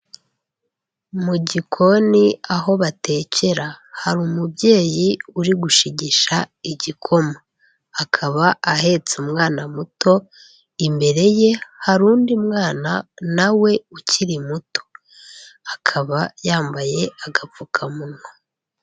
Mu gikoni aho batekera, hari umubyeyi uri gushigisha igikoma, akaba ahetse umwana muto, imbere ye hari undi mwana na we ukiri muto, akaba yambaye agapfukamunwa.